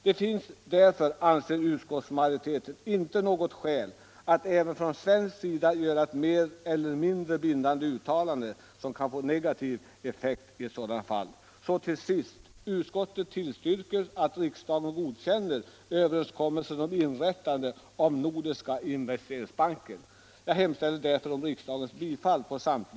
Det finns därför, anser utskottsmajoriteten, inte något skäl att även från svensk sida göra ett mer eller mindre bindande uttalande som kan få negativ effekt i ett sådant fall.